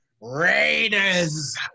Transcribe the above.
Raiders